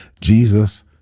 Jesus